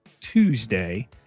Tuesday